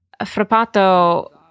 frappato